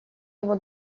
его